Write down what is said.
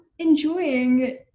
enjoying